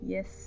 Yes